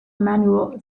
emmanuel